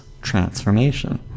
transformation